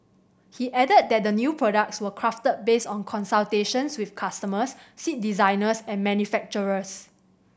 he added that the new products were crafted based on consultations with customers seat designers and manufacturers